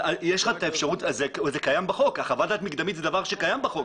זה קיים בחוק.